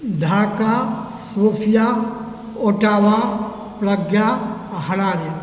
Dhaka Sofia Ottawa प्रज्ञा आओर Harare